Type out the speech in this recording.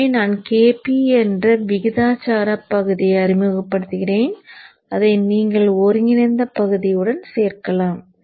எனவே நான் Kp என்ற விகிதாசார பகுதியை அறிமுகப்படுத்துகிறேன் அதை நீங்கள் ஒருங்கிணைந்த பகுதியுடன் சேர்க்கலாம்